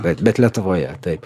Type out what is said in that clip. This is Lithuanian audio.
bet bet lietuvoje taip